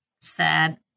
Sad